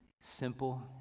Simple